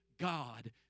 God